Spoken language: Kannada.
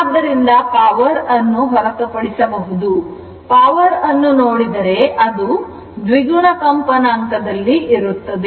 ಆದ್ದರಿಂದ ಪವರ್ ಅನ್ನು ಹೊರತುಪಡಿಸಬಹುದು ಪವರ್ ಅನ್ನು ನೋಡಿದರೆ ಅದು ದ್ವಿಗುಣ ಕಂಪನಾಂಕ ದಲ್ಲಿ ಇರುತ್ತದೆ